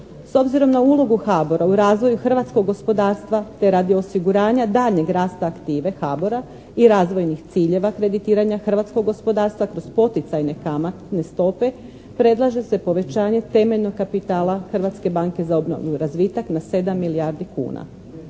S obzirom na ulogu HABOR-a u razvoju hrvatskog gospodarstva te radi osiguranja daljnjeg rasta aktive HABOR-a i razvojnih ciljeva kreditiranja hrvatskog gospodarstva kroz poticajne kamatne stope predlaže se povećanje temeljnog kapitala Hrvatske banke za obnovu i razvitak na 7 milijardi kuna.